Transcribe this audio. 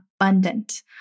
abundant